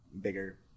bigger